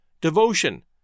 devotion